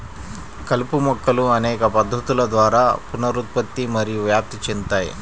కలుపు మొక్కలు అనేక పద్ధతుల ద్వారా పునరుత్పత్తి మరియు వ్యాప్తి చెందుతాయి